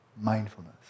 mindfulness